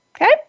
okay